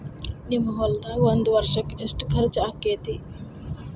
ನಿಮ್ಮ ಹೊಲ್ದಾಗ ಒಂದ್ ವರ್ಷಕ್ಕ ಎಷ್ಟ ಖರ್ಚ್ ಆಕ್ಕೆತಿ?